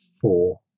four